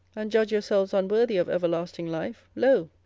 and judge yourselves unworthy of everlasting life, lo,